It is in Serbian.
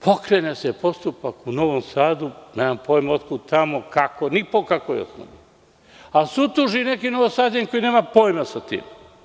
Pokrene se postupak u Novom Sadu, nemam pojam otkud tamo, kako to, ni po kakvoj osnovi, ali sud tuži neko Novosađanin koji nema pojma sa tim.